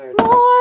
more